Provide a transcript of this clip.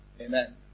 Amen